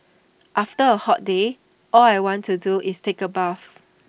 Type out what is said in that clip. after A hot day all I want to do is take A bath